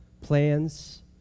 Plans